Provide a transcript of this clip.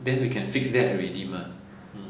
then we can fix that already mah hmm